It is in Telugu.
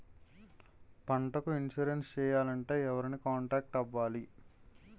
పంటకు ఇన్సురెన్స్ చేయాలంటే ఎవరిని కాంటాక్ట్ అవ్వాలి?